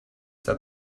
that